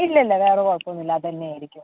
ഇല്ലില്ല വേറെ കുഴപ്പമൊന്നും ഇല്ല അതുതന്നെ ആയിരിക്കും